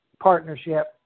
partnership